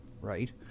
right